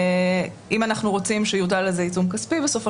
אם אנחנו רוצים שיוטל על זה עיצום כספי בסופו